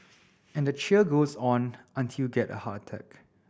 and the cheer goes on until get a heart attack